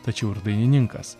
tačiau ir dainininkas